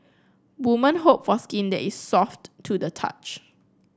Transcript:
women hope for skin that is soft to the touch